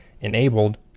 enabled